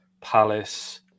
Palace